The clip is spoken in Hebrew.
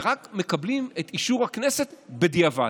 ורק מקבלים את אישור הכנסת בדיעבד.